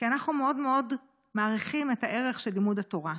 כי אנחנו מאוד מאוד מעריכים את הערך של לימוד התורה.